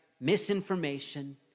misinformation